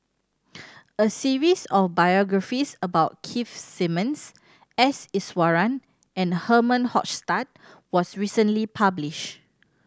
a series of biographies about Keith Simmons S Iswaran and Herman Hochstadt was recently publish